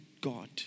God